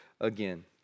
again